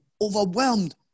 overwhelmed